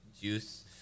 juice